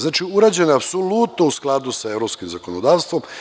Znači, urađeno je apsolutno u skladu sa evropskim zakonodavstvom.